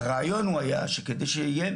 הרעיון הוא היה שכדי שיהיה